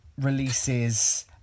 releases